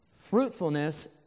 Fruitfulness